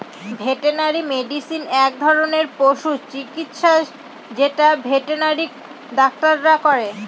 veterinary medicine এক ধরনের পশু চিকিৎসা যেটা ভেটেনারি ডাক্তাররা করে